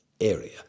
area